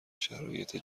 شرایط